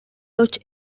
lodge